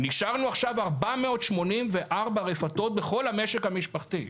נשארנו עכשיו 484 רפתות בכל המשק המשפחתי.